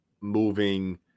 moving